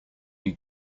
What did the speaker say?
you